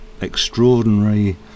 extraordinary